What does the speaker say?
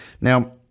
Now